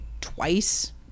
twice